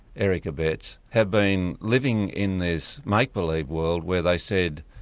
eric abetts, had been living in this make-believe world where they said,